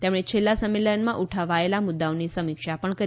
તેમણે છેલ્લાં સંમેલનમાં ઉઠાવચેલા મુદ્દાઓની સમીક્ષા પણ કરી